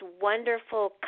wonderful